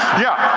yeah.